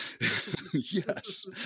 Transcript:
yes